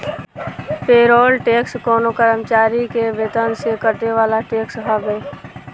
payroll tax कवनो कर्मचारी के वेतन से कटे वाला टैक्स हवे